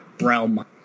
realm